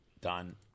Done